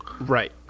right